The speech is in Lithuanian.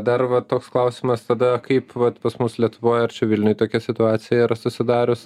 dar va toks klausimas tada kaip vat pas mus lietuvoj ar čia vilniuj situacija ir susidarius